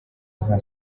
nka